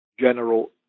general